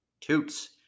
Toots